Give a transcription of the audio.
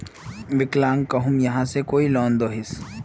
विकलांग कहुम यहाँ से कोई लोन दोहिस?